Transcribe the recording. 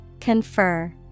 Confer